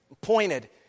pointed